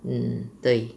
mm 对